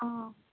ହଁ